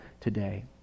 today